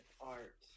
art